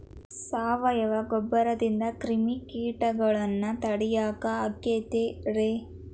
ಸಾವಯವ ಗೊಬ್ಬರದಿಂದ ಕ್ರಿಮಿಕೇಟಗೊಳ್ನ ತಡಿಯಾಕ ಆಕ್ಕೆತಿ ರೇ?